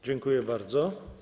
Dziękuję bardzo.